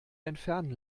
entfernen